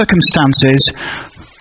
circumstances